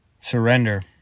surrender